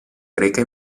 greca